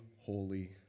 holy